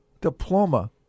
diploma